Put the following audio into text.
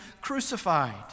crucified